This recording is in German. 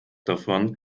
davon